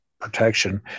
protection